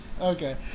Okay